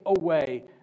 away